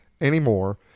anymore